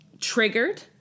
triggered